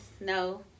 no